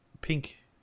Pink